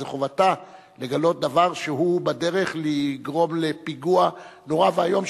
זו חובתה לגלות דבר שהוא בדרך לגרום לפיגוע נורא ואיום,